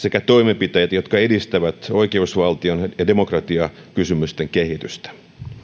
sekä toimenpiteitä jotka edistävät oikeusvaltio ja demokratiakysymysten kehitystä